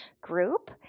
Group